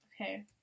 Okay